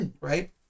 Right